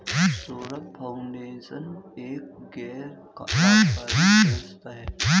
Saurabh Foundation एक गैर लाभकारी संस्था है